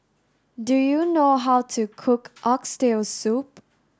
do you know how to cook oxtail soup